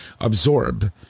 absorb